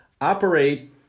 operate